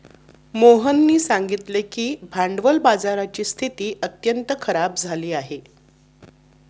मोहननी सांगितले की भांडवल बाजाराची स्थिती अत्यंत खराब झाली आहे